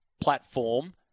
platform